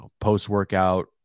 post-workout